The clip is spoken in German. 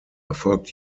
erfolgt